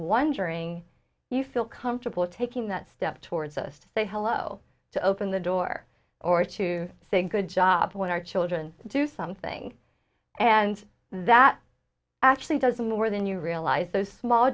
wondering you feel comfortable taking that step towards us to say hello to open the door or to say good job when our children do something and that actually does more than you realize those small